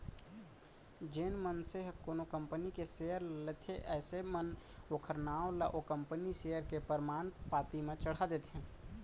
जेन मनसे ह कोनो कंपनी के सेयर ल लेथे अइसन म ओखर नांव ला ओ कंपनी सेयर के परमान पाती म चड़हा देथे